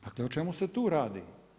Dakle o čemu se tu radi?